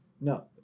No